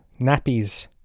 nappies